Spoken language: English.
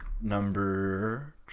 number